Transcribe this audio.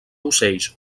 ocells